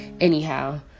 anyhow